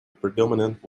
predominant